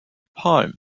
palm